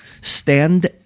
stand